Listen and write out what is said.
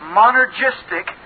monergistic